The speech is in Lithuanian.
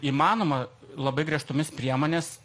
įmanoma labai griežtomis priemonės